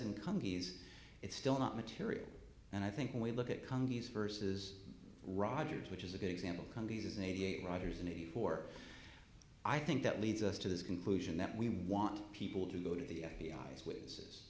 and companies it's still not material and i think when we look at congress versus rogers which is a good example countries eighty eight riders in eighty four i think that leads us to this conclusion that we want people to go to the f b i as witnesses